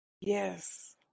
Yes